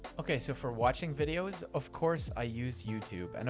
okay, so for watching videos of course i use youtube, and